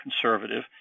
conservative